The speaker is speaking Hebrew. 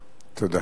תודה.